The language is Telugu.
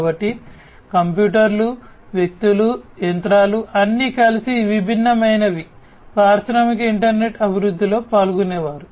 కాబట్టి కంప్యూటర్లు వ్యక్తులు యంత్రాలు అన్నీ కలిసి విభిన్నమైనవి పారిశ్రామిక ఇంటర్నెట్ అభివృద్ధిలో పాల్గొనేవారు